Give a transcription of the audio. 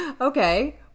Okay